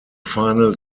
final